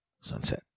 sunset